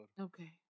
Okay